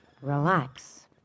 Relax